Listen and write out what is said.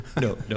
no